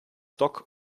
dock